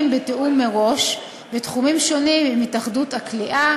בתיאום מראש בתחומים שונים עם התאחדות הקליעה,